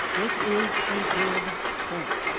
this is a good thing.